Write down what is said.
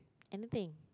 anything